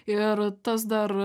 ir tas dar